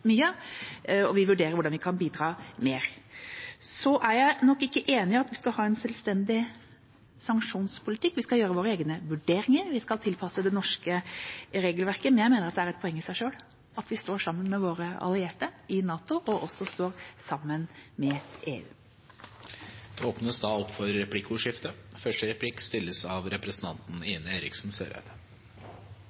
mye, og vi vurderer hvordan vi kan bidra mer. Jeg er nok ikke enig i at vi skal ha en selvstendig sanksjonspolitikk. Vi skal gjøre våre egne vurderinger, vi skal tilpasse det norske regelverket, men jeg mener det er et poeng i seg selv at vi står sammen med våre allierte i NATO og sammen med EU. Det blir replikkordskifte. Jeg hadde egentlig dette spørsmålet til utenriksministeren i går, men da